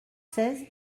seize